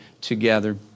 together